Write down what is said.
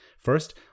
First